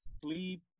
sleep